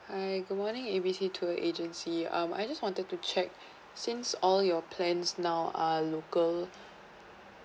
hi good morning A B C tour agency um I just wanted to check since all your plans now are local